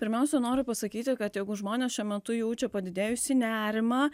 pirmiausia noriu pasakyti kad jeigu žmonės šiuo metu jaučia padidėjusį nerimą